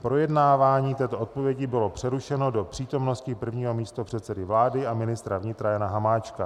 Projednávání této odpovědi bylo přerušeno do přítomnosti prvního místopředsedy vlády a ministra vnitra Jana Hamáčka.